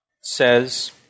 says